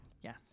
Yes